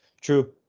True